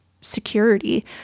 security